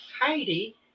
Heidi